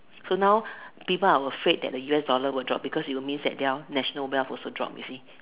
so now people are afraid that the us dollar will drop because it will means that their national wealth will drop you see